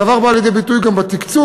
הדבר בא לידי ביטוי גם בתקצוב,